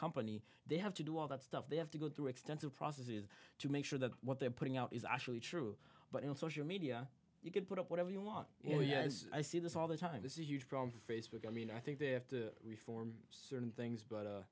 company they have to do all that stuff they have to go through extensive process is to make sure that what they're putting out is actually true but in social media you can put up whatever you want you know yes i see this all the time this is a huge problem facebook i mean i think they have to reform certain things but